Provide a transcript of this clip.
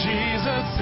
Jesus